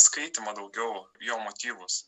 skaitymą daugiau jo motyvus